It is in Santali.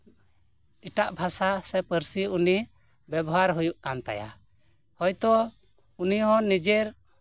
ᱮᱴᱟᱜ ᱵᱷᱟᱥᱟ ᱥᱮ ᱯᱟᱹᱨᱥᱤ ᱩᱱᱤ ᱵᱮᱵᱚᱦᱟᱨ ᱦᱩᱭᱩᱜ ᱠᱟᱱ ᱛᱟᱭᱟ ᱦᱳᱭᱛᱚ ᱩᱱᱤ ᱦᱚᱸ ᱱᱤᱡᱮᱨ